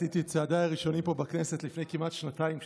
עשיתי את צעדיי הראשונים פה בכנסת לפני כמעט שנתיים,